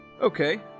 Okay